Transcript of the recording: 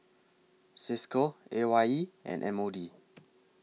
CISCO A Y E and M O D